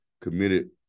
committed